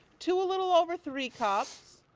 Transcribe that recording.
two a little over three cups,